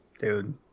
dude